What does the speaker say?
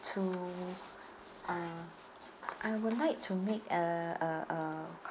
to uh I would like to make uh uh uh